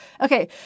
Okay